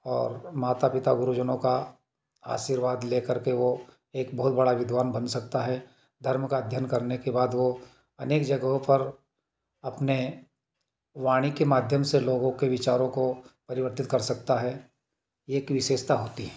और माता पिता गुरुजनों का आशीर्वाद लेकर के वो एक बहुत बड़ा विद्वान बन सकता है धर्म का अध्ययन करने के बाद वो अनेक जगहों पर अपने वाणी के माध्यम से लोगों के विचारों को परिवर्तित कर सकता है एक विशेषता होती है